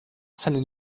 seinen